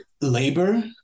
labor